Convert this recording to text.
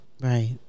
Right